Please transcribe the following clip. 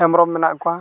ᱦᱮᱢᱵᱽᱨᱚᱢ ᱢᱮᱱᱟᱜ ᱠᱚᱣᱟ